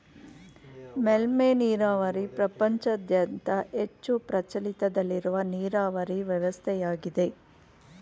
ಮೇಲ್ಮೆ ನೀರಾವರಿ ಪ್ರಪಂಚದಾದ್ಯಂತ ಹೆಚ್ಚು ಪ್ರಚಲಿತದಲ್ಲಿರುವ ನೀರಾವರಿ ವ್ಯವಸ್ಥೆಯಾಗಿದೆ